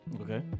Okay